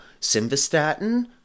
simvastatin